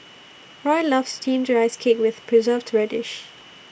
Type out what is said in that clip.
Roy loves Steamed Rice Cake with Preserved Radish